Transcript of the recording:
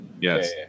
Yes